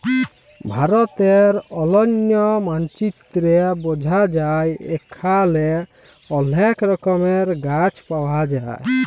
ভারতের অলন্য মালচিত্রে বঝা যায় এখালে অলেক রকমের গাছ পায়া যায়